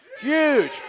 huge